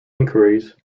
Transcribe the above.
inquiries